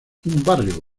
barrios